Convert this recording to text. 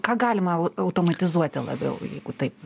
ką galima automatizuoti labiau jeigu taip